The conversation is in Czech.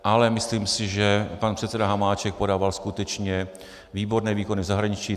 Ale myslím si, že pan předseda Hamáček podával skutečně výborné výkony v zahraničí.